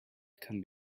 can